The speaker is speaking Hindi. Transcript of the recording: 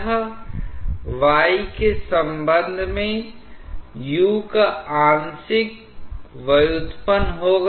यह y के संबंध में u का आंशिक व्युत्पन्न होगा